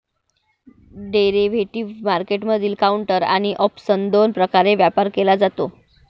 derivative मार्केटमधील counter आणि option दोन प्रकारे व्यापार केला जातो